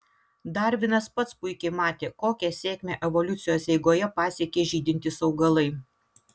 darvinas pats puikiai matė kokią sėkmę evoliucijos eigoje pasiekė žydintys augalai